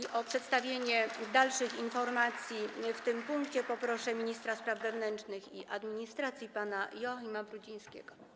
I o przedstawienie dalszych informacji w tym punkcie poproszę ministra spraw wewnętrznych i administracji pana Joachima Brudzińskiego.